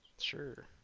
Sure